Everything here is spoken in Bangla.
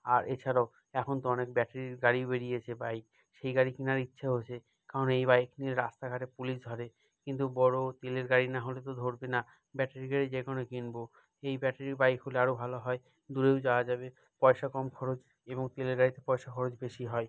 আর এছাড়াও এখন তো অনেক ব্যাটারির গাড়ি বেরিয়েছে বাইক সেই গাড়ি কেনার ইচ্ছাও আছে কারণ এই বাইক নিয়ে রাস্তাঘাটে পুলিশ ধরে কিন্তু বড় তেলের গাড়ি না হলে তো ধরবে না ব্যাটারির গাড়ি যে কোনোই কিনব এই ব্যাটারির বাইক হলে আরও ভালো হয় দূরেও যাওয়া যাবে পয়সা কম খরচ এবং তেলের গাড়িতে পয়সা খরচ বেশি হয়